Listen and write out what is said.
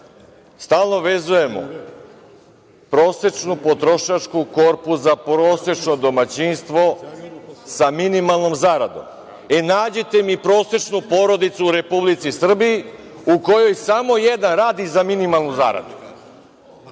stalno vezujemo prosečnu potrošačku korpu za prosečno domaćinstvo sa minimalnom zaradom. Nađite mi prosečnu porodicu u Republici Srbiji u kojoj samo jedan radi za minimalnu zaradu.